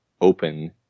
open